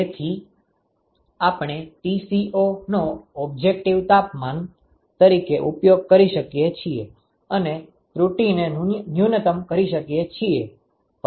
તેથી આપણે Tco નો ઓબ્જેક્ટીવ તાપમાન તરીકે ઉપયોગ કરી શકીએ છીએ અને ત્રુટીને ન્યુનતમ કરી શકીએ છીએ